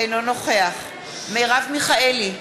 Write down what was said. אינו נוכח מרב מיכאלי,